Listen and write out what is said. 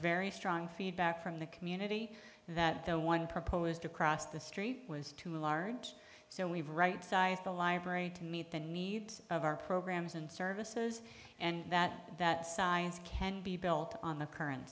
very strong feedback from the community that the one proposed across the street was too large so we've rightsized the library to meet the needs of our programs and services and that that science can be built on the current